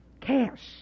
Cash